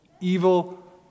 Evil